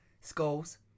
skulls